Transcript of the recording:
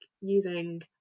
using